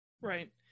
Right